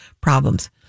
problems